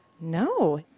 No